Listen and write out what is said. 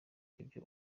ibyo